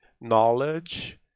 knowledge